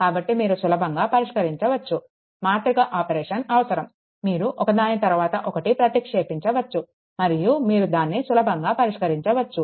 కాబట్టి మీరు సులభంగా పరిష్కరించవచ్చు మాతృక ఆపరేషన్ అవసరం మీరు ఒకదాని తరువాత ఒకటి ప్రతిక్షేపించవచ్చు మరియు మీరు దాన్ని సులభంగా పరిష్కరించవచ్చు